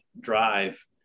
drive